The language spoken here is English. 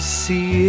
see